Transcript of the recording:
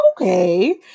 okay